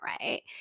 right